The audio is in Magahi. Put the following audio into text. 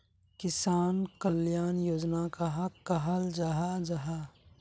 किसान कल्याण योजना कहाक कहाल जाहा जाहा?